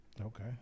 Okay